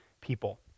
people